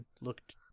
looked